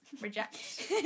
reject